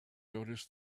noticed